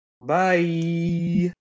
bye